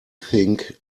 think